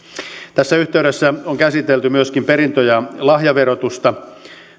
tässä yhteydessä on käsitelty myöskin perintö ja lahjaverotusta